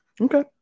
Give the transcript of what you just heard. Okay